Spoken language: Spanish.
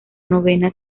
novena